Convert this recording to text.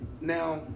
Now